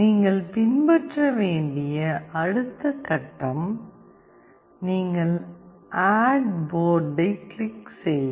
நீங்கள் பின்பற்ற வேண்டிய அடுத்த கட்டம் நீங்கள் ஆட் போர்ட் ஐக் கிளிக் செய்க